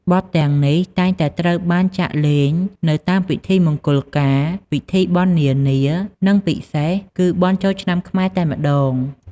បទទាំងនេះតែងតែត្រូវបានចាក់លេងនៅតាមពិធីមង្គលការ ពិធីបុណ្យនានា និងពិសេសគឺបុណ្យចូលឆ្នាំខ្មែរតែម្តង។